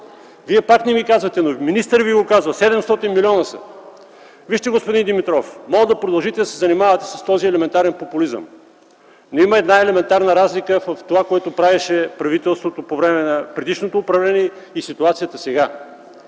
Вие пак не ми казвате. Министърът каза: 700 млн. лв. са. Господин Димитров, вижте, можете да продължите да се занимавате с този елементарен популизъм. Има обаче една елементарна разлика между това, което правеше правителството по време на предишното управление, и ситуацията сега.